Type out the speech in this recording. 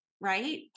right